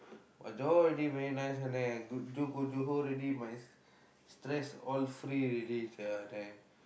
but Johor already very nice அண்ணண்:annan go~ go Johor already my stress all free already sia annan